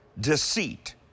deceit